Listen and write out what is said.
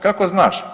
Kako znaš?